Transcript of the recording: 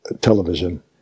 television